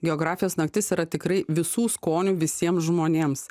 geografijos naktis yra tikrai visų skonių visiems žmonėms